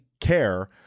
care